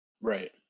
Right